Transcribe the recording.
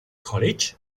college